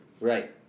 Right